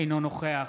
אינו נוכח